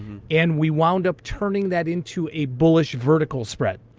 and we wound up turning that into a bullish vertical spread.